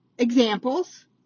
examples